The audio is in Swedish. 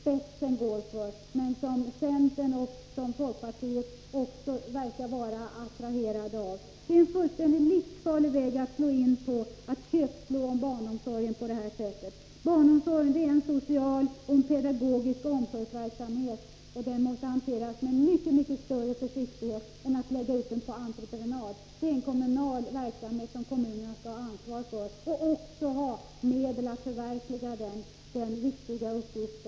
Tyvärr verkar även centern och folkpartiet attraherade av den. Det är livsfarligt att på detta sätt köpslå om barnomsorgen. Det handlar om en social och pedagogisk omsorgsverksamhet som måste hanteras med mycket större försiktighet än att lägga ut den på entreprenad. Det är en verksamhet som kommunerna skall ansvara för. Därför måste också kommunerna få medel att klara denna mycket viktiga uppgift.